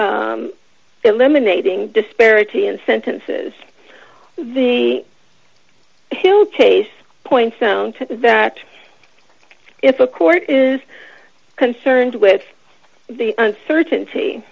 eliminating disparity in sentences the hill chase points down to that if a court is concerned with the uncertainty